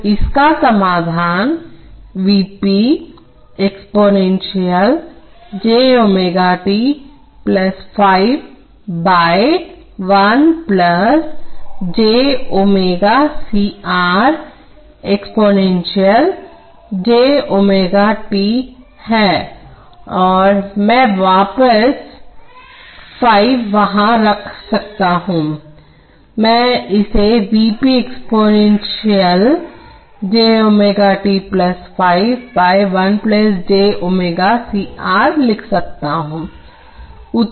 तो इसका समाधान V p exponential j ω t ϕ 1 j ω C R exponential j ωt है और मैं वापस ϕ वहाँ रख सकता हूँ मैं इसे V p exponential j ω t ϕ 1 j ω C R लिख सकता हूँ